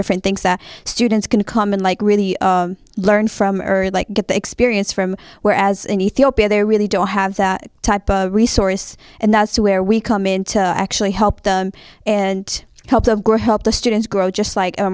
different things that students can come in like really learn from earth like get the experience from whereas in ethiopia they really don't have that type of resource and that's where we come into actually help them and help them grow help the students grow just like